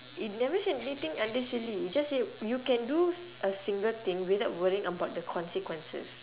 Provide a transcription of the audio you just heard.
it never say anything under silly it just say you can do s~ a single thing without worrying about the consequences